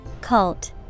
Cult